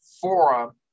forum